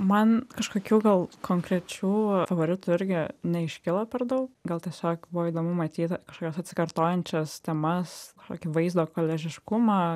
man kažkokių gal konkrečių favoritų irgi neiškilo per daug gal tiesiog buvo įdomu matyti kažkokias atsikartojančias temas tokį vaizdo koliažiškumą